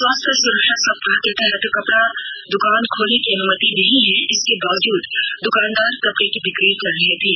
स्वास्थ्य सुरक्षा सप्ताह के तहत कपड़ा दुकान खोलने की अनुमति नहीं है इसके बावजूद दुकानदार कपड़े की बिक्री कर रहे थे